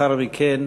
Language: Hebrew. ולאחר מכן